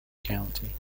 county